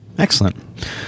Excellent